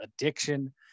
addiction